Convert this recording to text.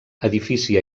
edifici